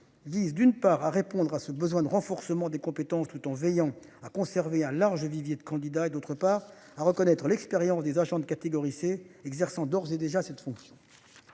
vise d'une part à répondre à ce besoin de renforcement des compétences tout en veillant à conserver un large vivier de candidats et d'autre part à reconnaître l'expérience des agents de catégorie C exerçant d'ores et déjà c'est fonction.